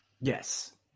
Yes